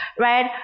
right